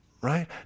Right